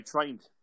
trained